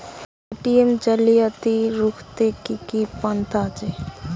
ATM জালিয়াতি রুখতে কি কি পন্থা আছে?